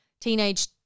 teenage